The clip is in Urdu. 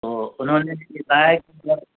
تو انہوں نے بھی یہ کہا ہے کہ جب